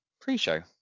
pre-show